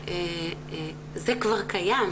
זה כבר קיים.